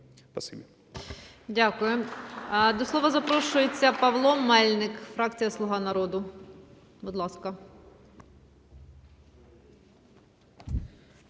Дякую. До слова запрошується Павло Мельник, фракція "Слуга народу". Будь ласка.